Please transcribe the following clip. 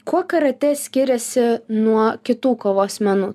kuo karatė skiriasi nuo kitų kovos menų